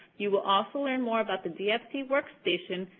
you will also learn more about the dfc workstation,